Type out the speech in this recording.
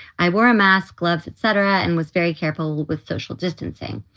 i wore a mask, gloves, etc. and was very careful with social distancing.